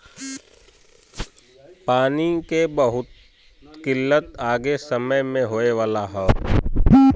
पानी के बहुत किल्लत आगे के समय में होए वाला हौ